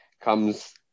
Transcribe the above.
comes